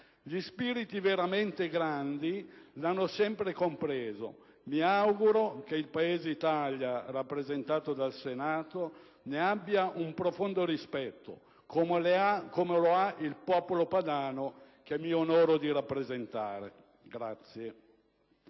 Gli spiriti veramente grandi lo hanno sempre compreso: mi auguro che il Paese Italia rappresentato dal Senato ne abbia un profondo rispetto, come lo ha il popolo padano che mi onoro di rappresentare.